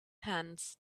hands